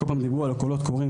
בכל פעם דיברו על הקולות קוראים,